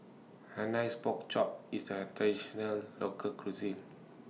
Hainan's Pork Chop IS A Traditional Local Cuisine